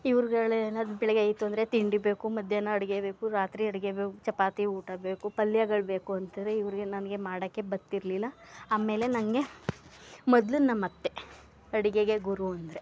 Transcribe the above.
ಇವರುಗಳೇನಾ ಬೆಳಗ್ಗೆ ಆಯಿತು ಅಂದರೆ ತಿಂಡಿ ಬೇಕು ಮಧ್ಯಾಹ್ನ ಅಡುಗೆ ಬೇಕು ರಾತ್ರಿ ಅಡುಗೆ ಬೇ ಚಪಾತಿ ಊಟ ಬೇಕು ಪಲ್ಯಗಳು ಬೇಕು ಅಂತಾರೆ ಇವರಿಗೆ ನನಗೆ ಮಾಡೋಕೆ ಬರ್ತಿರ್ಲಿಲ್ಲ ಆಮೇಲೆ ನನಗೆ ಮೊದಲು ನಮ್ಮತ್ತೆ ಅಡುಗೆಗೆ ಗುರು ಅಂದರೆ